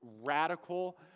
radical